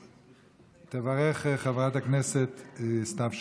תברך חברת הכנסת סתיו שפיר,